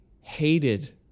hated